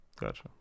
Gotcha